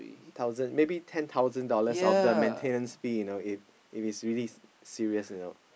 thousand maybe ten thousand dollars of the maintenance fee you know if it's really serious you know